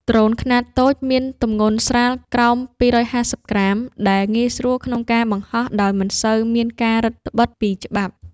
ដ្រូនខ្នាតតូច មានទម្ងន់ស្រាលក្រោម ២៥០ក្រាម ដែលងាយស្រួលក្នុងការបង្ហោះដោយមិនសូវមានការរឹតត្បិតពីច្បាប់។